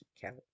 count